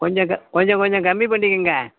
கொஞ்ச க கொஞ்ச கொஞ்சம் கம்மி பண்ணிக்குங்க